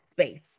space